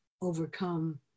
overcome